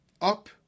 up